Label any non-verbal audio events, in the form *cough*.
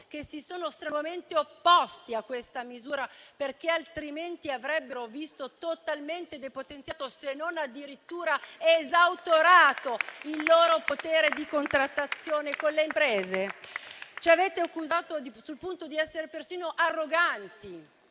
che si sono strenuamente opposti a questa misura perché altrimenti avrebbero visto totalmente depotenziato, se non addirittura esautorato, il loro potere di contrattazione con le imprese. *applause* Ci avete accusati sul punto di essere persino arroganti,